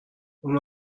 اون